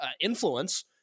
influence